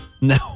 No